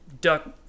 duck